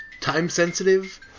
time-sensitive